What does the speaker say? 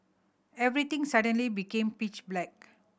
everything suddenly became pitch black